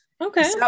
Okay